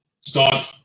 start